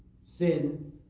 Sin